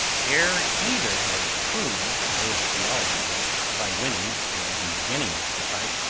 ere either had proved his theology right by winning, or even beginning, the fight,